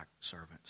servants